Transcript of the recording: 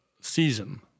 season